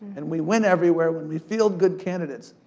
and we win everywhere when we field good candidates,